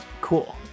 Cool